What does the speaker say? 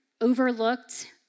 overlooked